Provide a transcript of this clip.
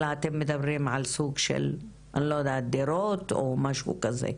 אלא אתם מדברים על סוג של דירות או משהו כזה.